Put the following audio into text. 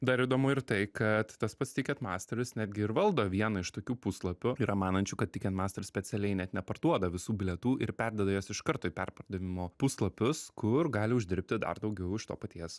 dar įdomu ir tai kad tas pats tiket masteris netgi ir valdo vieną iš tokių puslapių yra manančių kad tiken master specialiai net neparduoda visų bilietų ir perduoda juos iš karto į perpardavimo puslapius kur gali uždirbti dar daugiau iš to paties